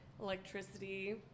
electricity